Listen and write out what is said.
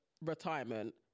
retirement